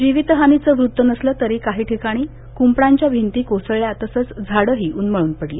जीवितहानीचं वृत्त नसलं तरी काही ठिकाणी कुंपणाच्या भिंती कोसळल्या तसंच झाडं उन्मळून पडली